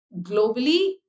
globally